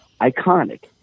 iconic